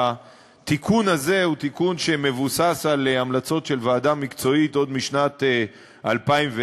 התיקון הזה מבוסס על המלצות של ועדה מקצועית עוד משנת 2010,